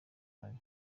bayo